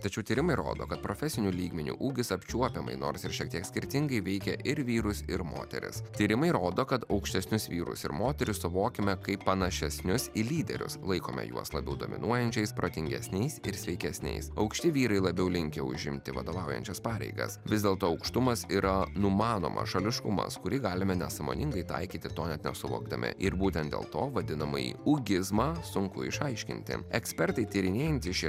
tačiau tyrimai rodo kad profesiniu lygmeniu ūgis apčiuopiamai nors ir šiek tiek skirtingai veikia ir vyrus ir moteris tyrimai rodo kad aukštesnius vyrus ir moteris suvokiame kaip panašesnius į lyderius laikome juos labiau dominuojančiais protingesniais ir sveikesniais aukšti vyrai labiau linkę užimti vadovaujančias pareigas vis dėlto aukštumas yra numanomas šališkumas kurį galime nesąmoningai taikyti to net nesuvokdami ir būtent dėl to vadinamąjį ūgizmą sunku išaiškinti ekspertai tyrinėjantys šį